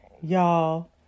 Y'all